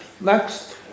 next